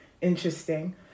interesting